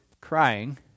crying